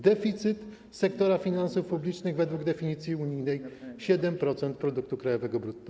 Deficyt sektora finansów publicznych według definicji unijnej - 7% produktu krajowego brutto.